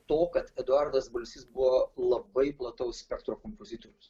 to kad eduardas balsys buvo labai plataus spektro kompozitorius